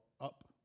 up